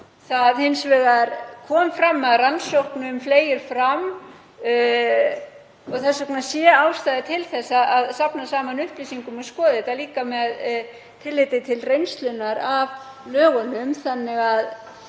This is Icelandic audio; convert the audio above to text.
kom hins vegar fram að rannsóknum fleygir fram og þess vegna væri ástæða til að safna saman upplýsingum og skoða þetta, líka með tilliti til reynslunnar af lögunum.